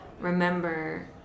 remember